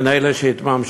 הן אלה שהתממשו: